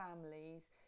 families